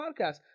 podcast